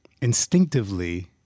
instinctively